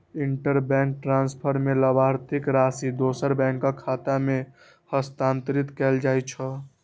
interbank transfer मे लाभार्थीक राशि दोसर बैंकक खाता मे हस्तांतरित कैल जाइ छै